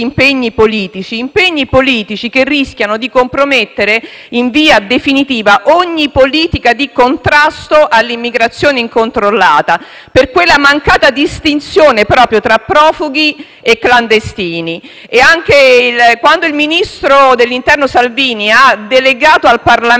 in via definitiva ogni politica di contrasto all'immigrazione incontrollata per la mancata distinzione tra profughi e clandestini. Riteniamo che il fatto che il ministro dell'interno Salvini abbia delegato al Parlamento, chiedendo di agire secondo coscienza,